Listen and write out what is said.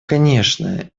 конечно